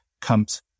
comes